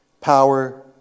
power